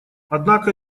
однако